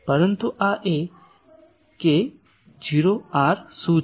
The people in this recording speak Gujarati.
પરંતુ આ કે k0 r શું છે